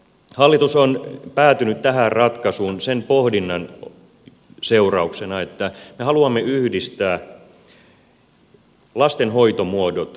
hallitus on päätynyt tähän ratkaisuun sen pohdinnan seurauksena että me haluamme yhdistää lasten hoitomuodot